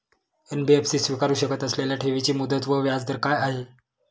NBFC स्वीकारु शकत असलेल्या ठेवीची मुदत व व्याजदर काय आहे?